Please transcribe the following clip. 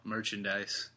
Merchandise